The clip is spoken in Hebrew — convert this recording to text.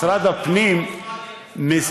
משרד הפנים,